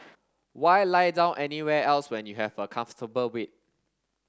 why lie down anywhere else when you have a comfortable bed